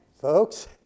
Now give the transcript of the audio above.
folks